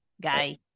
guy